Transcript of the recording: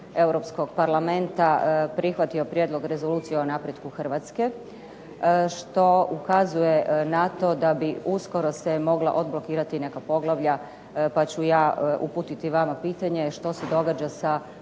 Europskog parlamenta prihvatio prijedlog rezolucije o napretku Hrvatske što ukazuje na to da bi uskoro se mogla odblokirati i neka poglavlja pa ću ja uputiti vama pitanje što se događa sa poglavljem